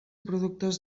productes